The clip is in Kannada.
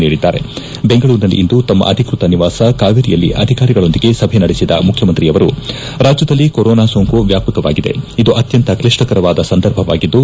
ನೀಡಿದ್ದಾರೆ ಬೆಂಗಳೂರಿನಲ್ಲಿಂದು ತಮ್ಮ ಅಧಿಕೃತ ನಿವಾಸ ಕಾವೇರಿಯಲ್ಲಿ ಅಧಿಕಾರಿಗಳೊಂದಿಗೆ ಸಭೆ ನಡೆಸಿದ ಮುಖ್ಯಮಂತ್ರಿಯವರು ರಾಜ್ಯದಲ್ಲಿ ಕೊರೋನಾ ಸೋಂಕು ವ್ಯಾಪಕವಾಗಿದೆವಾದ ಇದು ಅತ್ಯಂತ ಕ್ಷಿಷ್ಟಕರ ಸಂದರ್ಭವಾಗಿದ್ದು